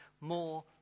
more